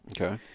Okay